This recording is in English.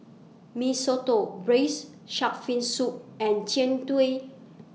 Mee Soto Braised Shark Fin Soup and Jian Dui